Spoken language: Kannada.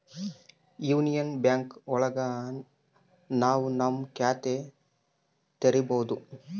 ಯೂನಿಯನ್ ಬ್ಯಾಂಕ್ ಒಳಗ ನಾವ್ ನಮ್ ಖಾತೆ ತೆರಿಬೋದು